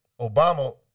Obama